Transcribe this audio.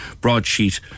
broadsheet